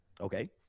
Okay